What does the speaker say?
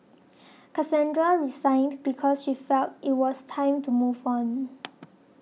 Cassandra resigned because she felt it was time to move on